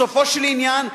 בסופו של עניין,